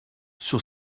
sur